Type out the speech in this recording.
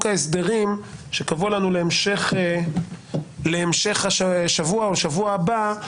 ההסדרים שקבעו לנו להמשך השבוע או שבוע הבא,